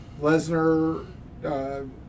Lesnar